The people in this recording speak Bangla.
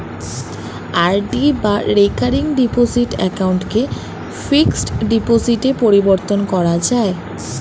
আর.ডি বা রেকারিং ডিপোজিট অ্যাকাউন্টকে ফিক্সড ডিপোজিটে পরিবর্তন করা যায়